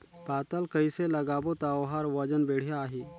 पातल कइसे लगाबो ता ओहार वजन बेडिया आही?